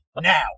Now